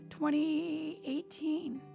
2018